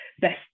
best